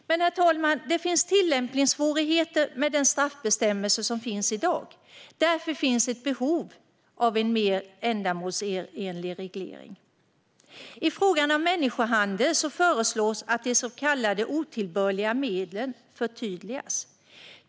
Men, herr talman, det finns tillämpningssvårigheter med den straffbestämmelse som finns i dag. Därför finns ett behov av en mer ändamålsenlig reglering. I frågan om människohandel föreslås att de så kallade otillbörliga medlen förtydligas.